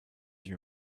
huit